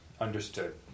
Understood